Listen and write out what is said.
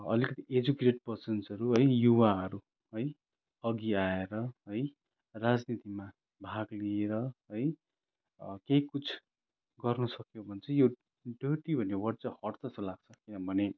अलिक एजुकेटेड पर्सन्सन्हरू है युवाहरू है अघि आएर है राजनीतिमा भाग लिएर है केही कुछ गर्नु सक्यो भने चाहिँ यो डर्टी भन्ने वर्ड चाहिँ हट्छ जस्तो लाग्छ किनभने